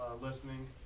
listening